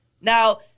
Now